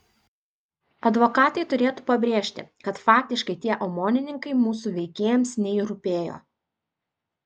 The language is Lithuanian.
advokatai turėtų pabrėžti kad faktiškai tie omonininkai mūsų veikėjams nei rūpėjo